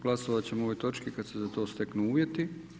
Glasovat ćemo o ovoj točki kad se za to steknu uvjeti.